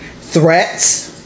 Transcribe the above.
Threats